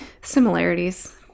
similarities